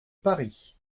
paris